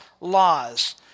laws